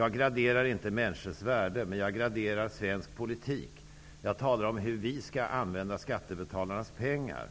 Jag graderar inte människors värde, men jag graderar svensk politik. Jag talar om hur vi politiker skall använda skattebetalarnas pengar,